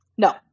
No